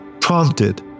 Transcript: prompted